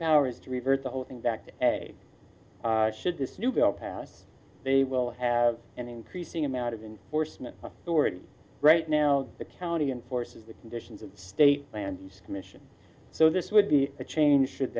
power is to revert the whole thing back to a should this new bill passed they will have an increasing amount of in forstmann the word right now the county and forces the conditions of state lands commission so this would be a change should